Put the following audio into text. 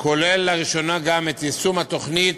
כולל לראשונה גם את יישום התוכנית